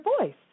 voice